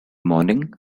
morning